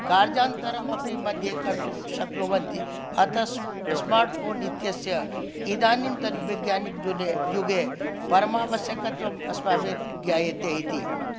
कार्यान्तरम् अपि मध्ये कर्तुं शक्नुवन्ति अतः स् स्मार्ट् फ़ोन् इत्यस्य इदानीन्तनवैज्ञानिक युग् युगे परमावश्यकता तु अस्माभिर्ज्ञायते इति